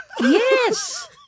Yes